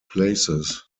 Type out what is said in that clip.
places